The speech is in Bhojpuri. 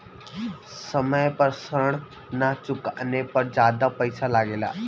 समय पर ऋण ना चुकाने पर ज्यादा पईसा लगेला?